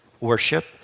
worship